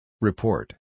Report